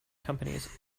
companies